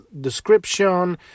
description